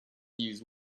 use